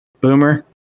Boomer